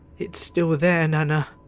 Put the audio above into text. it's still there, nana.